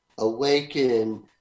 awaken